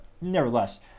nevertheless